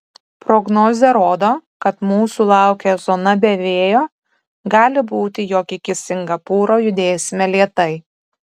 prognozė rodo kad mūsų laukia zona be vėjo gali būti jog iki singapūro judėsime lėtai